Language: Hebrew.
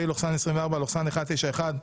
פ/191/24,